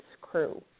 crew